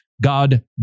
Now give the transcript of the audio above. God